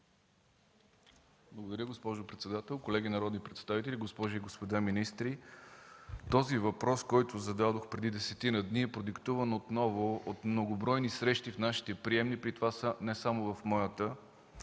уважаема госпожо председател. Колеги народни представители, госпожи и господа министри! Този въпрос, който зададох преди десетина дни, е продиктуван от многобройни срещи в нашите приемни, при това не само в моята.